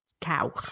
cow